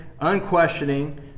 unquestioning